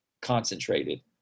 concentrated